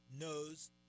knows